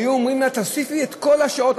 היו אומרים לה: תוסיפי את כל השעות,